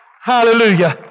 Hallelujah